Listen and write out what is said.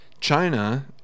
China